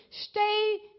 stay